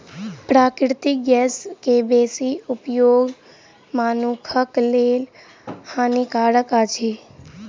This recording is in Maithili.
प्राकृतिक गैस के बेसी उपयोग मनुखक लेल हानिकारक अछि